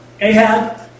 Ahab